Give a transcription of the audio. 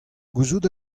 gouzout